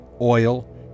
oil